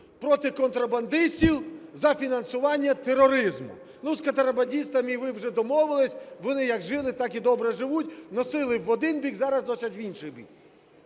проти контрабандистів, за фінансування тероризму. Ну, з контрабандистами ви вже домовилися, вони як жили, так і добре живуть, носили в один бік, зараз носять в інший бік.